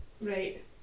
right